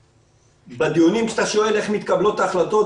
בדיונים כשאתה שואל איך מתקבלות ההחלטות,